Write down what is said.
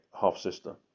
half-sister